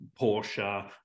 Porsche